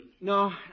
No